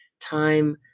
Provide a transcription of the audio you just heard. time